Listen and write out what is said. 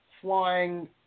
flying